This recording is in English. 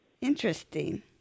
Interesting